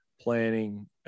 planning